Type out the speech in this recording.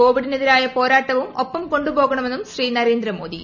കോവിഡിനെതിരായ പോരാട്ടവും ഒപ്പം കൊണ്ടുപോകണമെന്നും ശ്രീ നരേന്ദ്ര മോദി